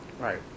Right